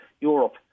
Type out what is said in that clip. Europe